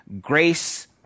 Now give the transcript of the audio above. Grace